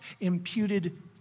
imputed